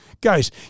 Guys